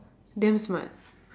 damn smart